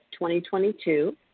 2022